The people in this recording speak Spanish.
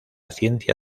ciencia